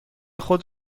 خود